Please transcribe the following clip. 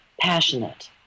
passionate